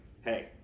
hey